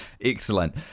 Excellent